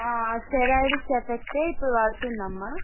steroids ఎఫెక్టే ఇప్పుడు పడుతుంది అమ్మా